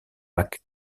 mac